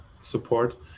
support